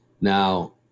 Now